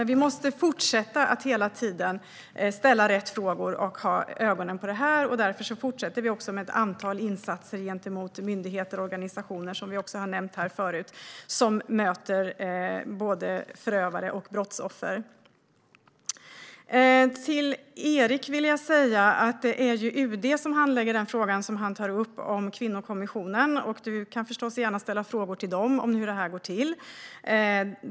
Vi måste dock fortsätta att hela tiden ställa rätt frågor och ha ögonen på det här, och därför fortsätter vi också med ett antal insatser gentemot myndigheter och organisationer, vilket vi också har nämnt förut, som möter både förövare och brottsoffer. Till Erik Andersson vill jag säga att det ju är Utrikesdepartementet som handlägger den fråga han tar upp om kvinnokommissionen, och han kan förstås gärna ställa frågor till dem om hur det här går till.